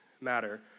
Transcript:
matter